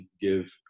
give